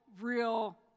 real